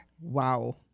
Wow